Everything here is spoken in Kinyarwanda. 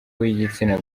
w’igitsina